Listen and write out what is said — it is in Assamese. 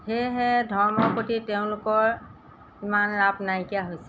সেয়েহে ধৰ্ম প্ৰতি তেওঁলোকৰ ইমান ৰাপ নাইকিয়া হৈছে